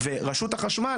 ורשות החשמל,